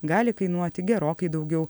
gali kainuoti gerokai daugiau